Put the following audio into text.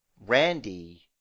Randy